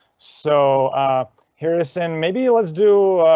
so harrison maybe let's do